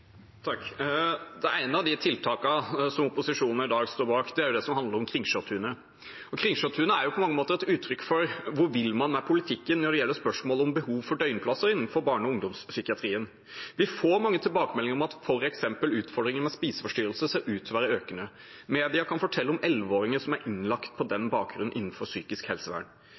Det ene av de tiltakene som opposisjonen i dag står bak, er det som handler om Kringsjåtunet. Kringsjåtunet er på mange måter et uttrykk for spørsmålet om hvor man vil med politikken når det gjelder behovet for døgnplasser innenfor barne- og ungdomspsykiatrien. Vi får mange tilbakemeldinger om at f.eks. utfordringer med spiseforstyrrelser ser ut til å være økende. Media kan fortelle om elleveåringer som er innlagt på den bakgrunn innenfor psykisk helsevern.